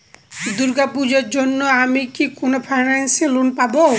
দূর্গা পূজোর জন্য আমি কি কোন ফাইন্যান্স এ লোন পাবো?